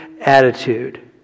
attitude